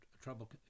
trouble